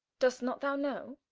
dost not thou know?